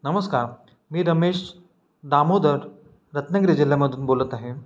नमस्कार मी रमेश दामोदर रत्नागिरी जिल्ह्यामधून बोलत आहे